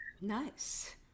Nice